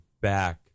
back